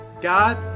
God